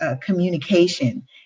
communication